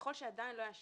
ככל שעדיין לא היה שיווק,